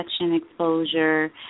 exposure